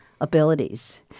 abilities